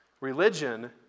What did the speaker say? Religion